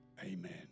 amen